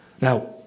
Now